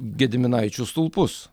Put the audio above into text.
gediminaičių stulpus